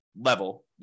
level